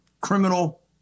criminal